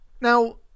Now